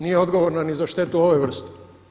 Nije odgovorna ni za štetu ove vrste.